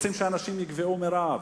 רוצים שאנשים יגוועו מרעב.